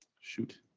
shoot